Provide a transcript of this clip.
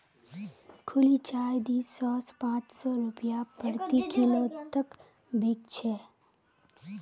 खुली चाय दी सौ स पाँच सौ रूपया प्रति किलो तक बिक छेक